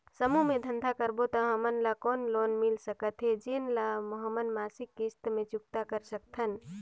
समूह मे धंधा करबो त हमन ल कौन लोन मिल सकत हे, जेन ल हमन मासिक किस्त मे चुकता कर सकथन?